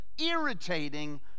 irritating